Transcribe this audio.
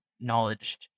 knowledge